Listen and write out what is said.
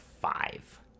five